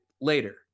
later